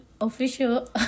official